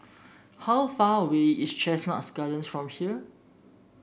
how far away is Chestnut Gardens from here